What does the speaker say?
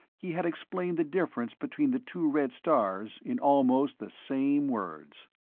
he had explained the difference between the two red stars in almost the same words.